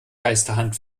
geisterhand